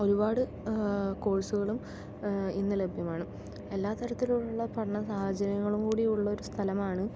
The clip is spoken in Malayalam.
ഒരുപാട് കോഴ്സുകളും ഇന്ന് ലഭ്യമാണ് എല്ലാത്തരത്തിലുള്ള പഠന സാഹചര്യങ്ങളും കൂടി ഉള്ളൊരു സ്ഥലമാണ്